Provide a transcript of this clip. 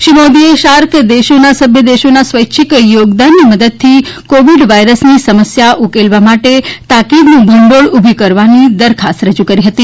શ્રી મોદીએ સાર્ક દેશોના સભ્ય દેશોના સ્વૈચ્છિક યોગદાનની મદદથી કોવિડ વાયરસની સમસ્યા ઉકેલવા માટે તાકીદનું ભંડીળ ઉભી કરવાની દરખાસ્ત રજુ કરી હતી